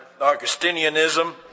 Augustinianism